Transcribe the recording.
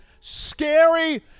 scary